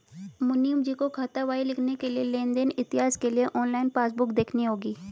मुनीमजी को खातावाही लिखने के लिए लेन देन इतिहास के लिए ऑनलाइन पासबुक देखनी होगी